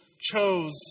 chose